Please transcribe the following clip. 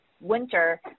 winter